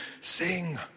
Sing